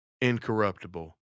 incorruptible